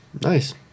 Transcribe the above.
Nice